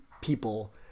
people